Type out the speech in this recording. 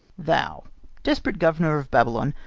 thou desperate governor of babylon,